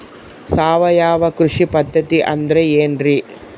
ಸಾವಯವ ಕೃಷಿ ಪದ್ಧತಿ ಅಂದ್ರೆ ಏನ್ರಿ?